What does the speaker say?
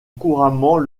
couramment